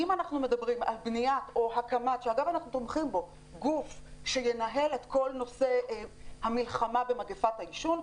אם אנחנו על הקמת גוף שינהל את כל נושא המלחמה במגפת העישון,